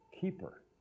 keeper